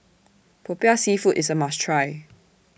Popiah Seafood IS A must Try